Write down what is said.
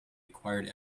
acquired